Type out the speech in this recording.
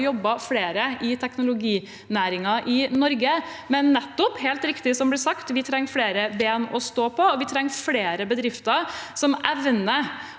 har det jobbet flere i teknologinæringen i Norge. Men det er helt riktig som det ble sagt: Vi trenger flere ben å stå på, og vi trenger flere bedrifter som evner